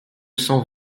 cent